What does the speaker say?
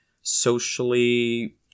socially